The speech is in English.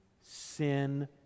sin